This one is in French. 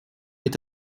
est